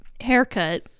haircut